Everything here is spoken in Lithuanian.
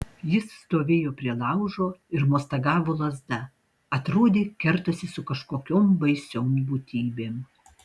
jis stovėjo prie laužo ir mostagavo lazda atrodė kertasi su kažkokiom baisiom būtybėm